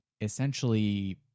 essentially